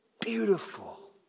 beautiful